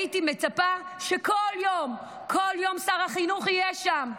הייתי מצפה שכל יום, כל יום, שר החינוך יהיה שם,